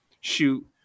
shoot